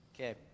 okay